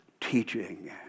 teaching